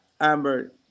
Amber